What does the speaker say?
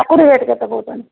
କାକୁଡି଼ rate କେତେ କହୁଛନ୍ତି